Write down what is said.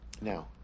Now